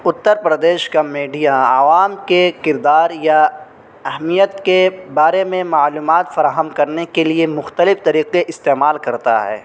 اترپردیش کا میڈیا عوام کے کردار یا اہمیت کے بارے میں معلومات فراہم کرنے کے لیے مختلف طریقے استعمال کرتا ہے